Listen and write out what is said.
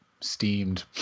steamed